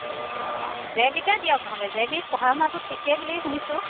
সৰুজনী জে বিতে দিয়ক নহ'লে জে বিত পঢ়া শুনাটো ঠিকে বুলি শুনিছোঁ